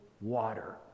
water